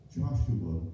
Joshua